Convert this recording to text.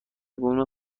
بوم